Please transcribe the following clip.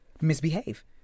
Misbehave